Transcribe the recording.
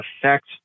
affect